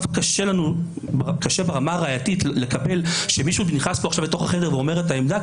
קשה לנו ברמה הראייתית לקבל שמישהו נכנס עכשיו לחדר ואומר את העמדה,